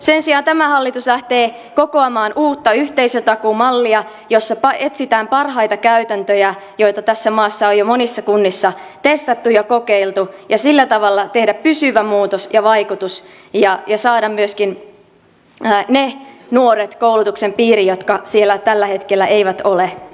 sen sijaan tämä hallitus lähtee kokoamaan uutta yhteisötakuumallia etsitään parhaita käytäntöjä joita tässä maassa on jo monissa kunnissa testattu ja kokeiltu ja sillä tavalla tarkoitus on saada pysyvä muutos ja vaikutus ja saada myöskin ne nuoret koulutuksen piiriin jotka siellä tällä hetkellä eivät ole